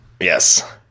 Yes